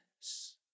Yes